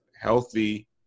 healthy